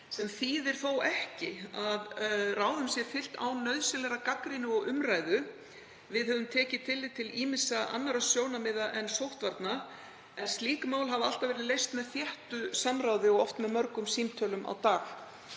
Það þýðir þó ekki að ráðum sé fylgt án nauðsynlegrar gagnrýni og umræðu. Við höfum tekið tillit til ýmissa annarra sjónarmiða en sóttvarna en slík mál hafa alltaf verið leyst með þéttu samráði og oft með mörgum símtölum á dag.